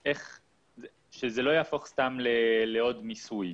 שזה לא יהפוך סתם לעוד מיסוי,